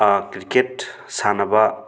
cricket ꯁꯥꯟꯅꯕ